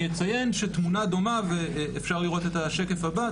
אציין שתמונה דומה ואפשר לראות את השקף הבא,